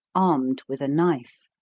armed with a knife.